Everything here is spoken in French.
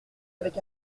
avec